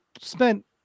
spent